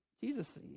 Jesus